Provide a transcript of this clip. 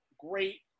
great